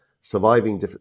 surviving